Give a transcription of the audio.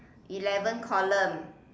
eleven column